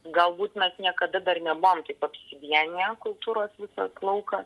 galbūt mes niekada dar nebuvom taip apsivieniję kultūros visas laukas